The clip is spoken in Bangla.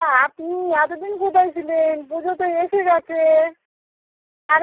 তা আপনি এত দিন কোথায় ছিলেন পুজো তো এসে গেছে আরে